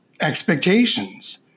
expectations